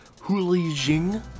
Hulijing